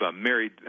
married